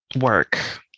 work